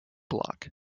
block